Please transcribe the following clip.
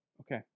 Okay